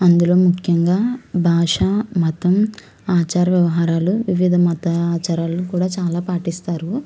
అందులో ముఖ్యంగా భాషా మతం ఆచార వ్యవహారాలు వివిధ మత ఆచారాలు కూడా చాలా పాటిస్తారు